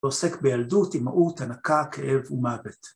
‫עוסק בילדות, אימהות, ‫הנקה, כאב ומוות.